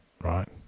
right